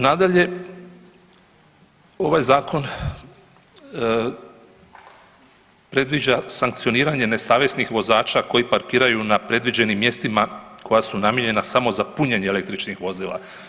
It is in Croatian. Nadalje, ovaj zakon predviđa sankcioniranje nesavjesnih vozača koji parkiraju na predviđenim mjestima koja su namijenjena samo za punjenje električnih vozila.